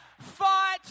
fight